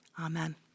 Amen